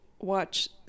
watch